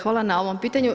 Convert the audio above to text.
Hvala na ovom pitanju.